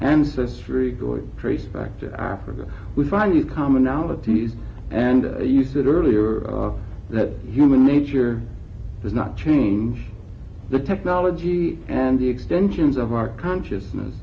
ancestry going trace back to africa we find you commonalities and you said earlier that human nature does not change the technology and the extensions of our consciousness